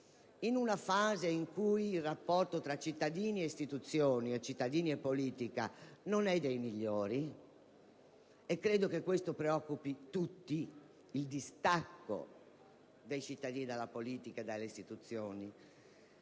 in una fase in cui il rapporto tra cittadini e istituzioni e cittadini e politica non è dei migliori. Credo che questo preoccupi tutti, ossia il distacco dei cittadini dalla politica e dalle istituzioni,